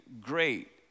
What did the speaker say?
great